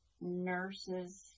nurses